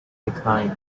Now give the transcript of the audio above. declined